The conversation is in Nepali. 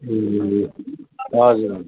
ए हजुर हजुर